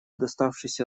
доставшийся